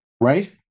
Right